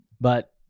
But-